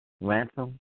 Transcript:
ransom